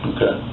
Okay